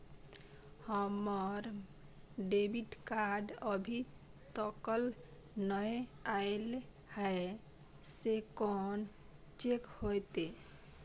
हमर debit card अभी तकल नय अयले हैं, से कोन चेक होतै?